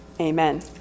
amen